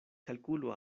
kalkulu